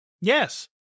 Yes